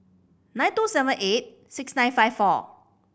nine two seven eight six nine five four